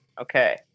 Okay